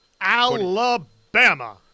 Alabama